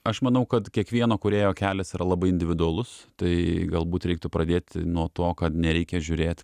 aš manau kad kiekvieno kūrėjo kelias yra labai individualus tai galbūt reiktų pradėti nuo to kad nereikia žiūrėt